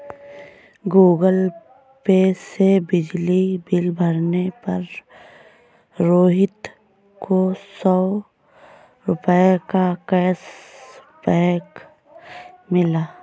Google Pay से बिजली bill भरने पर रोहित को सौ रूपए का कैशबैक मिला